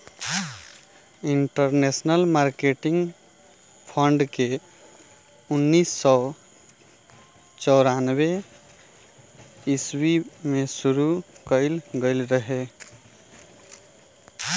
international monetary fund के उन्नीस सौ चौरानवे ईस्वी में शुरू कईल गईल रहे